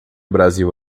brasil